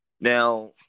Now